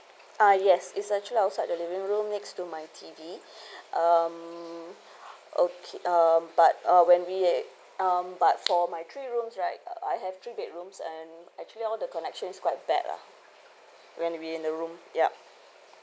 ah yes it's actually outside the living room next to my T_V um okay um but uh when we um but for my three rooms right I have three bedrooms and actually all the connection is quite bad lah when we in the room ya